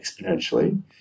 exponentially